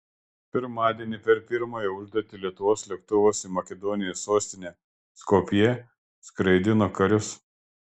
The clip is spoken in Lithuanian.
pirmadienį per pirmąją užduotį lietuvos lėktuvas į makedonijos sostinę skopję skraidino karius